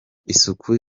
isuku